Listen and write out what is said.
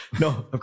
No